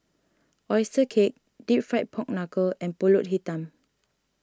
Oyster Cake Deep Fried Pork Knuckle and Pulut Hitam